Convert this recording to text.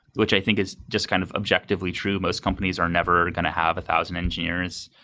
which i think is just kind of objectively true. most companies are never going to have a thousand engineers.